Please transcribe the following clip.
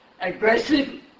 aggressive